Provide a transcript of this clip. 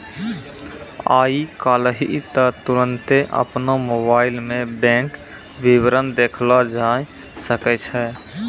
आइ काल्हि त तुरन्ते अपनो मोबाइलो मे बैंक विबरण देखलो जाय सकै छै